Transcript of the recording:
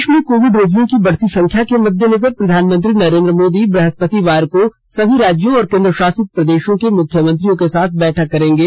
देश में कोविड रोगियों की बढती संख्या के मद्देनजर प्रधानमंत्री नरेंद्र मोदी बहस्पतिवार को सभी राज्यों और केंद्रशासित प्रदेशो के मुख्यमंत्रियों के साथ बैठक करेंगे